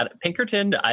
Pinkerton